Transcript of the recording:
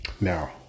Now